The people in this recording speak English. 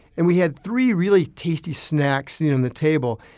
and we had three really tasty snacks on the table.